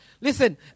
listen